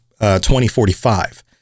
2045